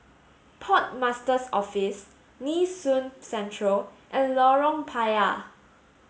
Port Master's Office Nee Soon Central and Lorong Payah